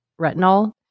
retinol